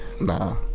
Nah